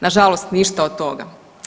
Na žalost ništa od toga.